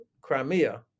Crimea